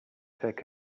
take